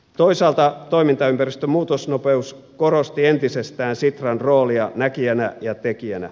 toisaalta toimintaympäristön muutosnopeus korosti entisestään sitran roolia näkijänä ja tekijänä